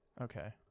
Okay